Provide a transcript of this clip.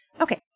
Okay